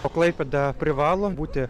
o klaipėda privalo būti